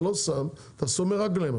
אתה לא שם אתה סומא רגליהם,